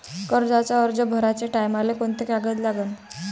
कर्जाचा अर्ज भराचे टायमाले कोंते कागद लागन?